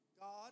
God